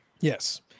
Yes